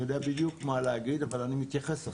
אני יודע בדיוק מה להגיד אבל אני מתייחס אחריה.